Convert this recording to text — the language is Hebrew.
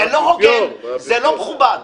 זה לא הוגן, זה לא מכובד.